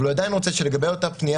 אבל הוא עדיין רוצה לגבי אותה פנייה